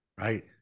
right